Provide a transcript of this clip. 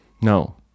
No